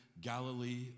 Galilee